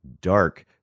dark